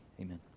Amen